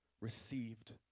received